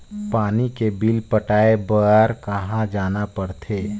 पानी के बिल पटाय बार कहा जाना पड़थे?